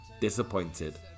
disappointed